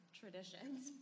traditions